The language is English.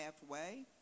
halfway